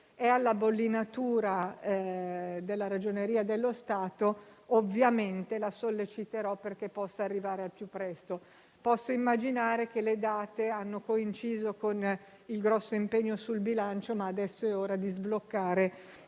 è alla bollinatura della Ragioneria dello Stato, che ovviamente solleciterò perché possa arrivare al più presto. Posso immaginare che le date abbiano coinciso con il grande impegno sul bilancio, ma adesso è ora di sbloccare